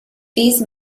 these